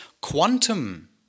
quantum